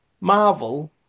Marvel